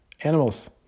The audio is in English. Animals